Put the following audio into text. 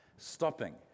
stopping